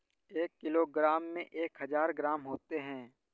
एक किलोग्राम में एक हजार ग्राम होते हैं